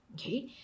Okay